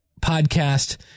podcast